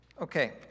Okay